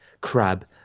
crab